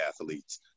athletes